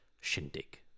shindig